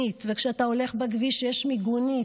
יש לך מיגונית וכשאתה הולך בכביש יש מיגונית,